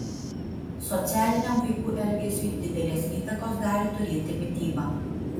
socialiniam vaikų elgesiui didelės įtakos gali turėti mityba